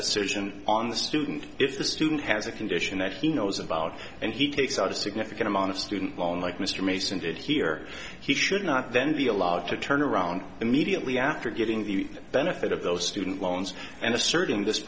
decision on the student if the student has a condition that he knows about and he takes out a significant amount of student ball and mike mr mason did here he should not then be allowed to turn around immediately after getting the benefit of those student loans and asserti